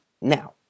now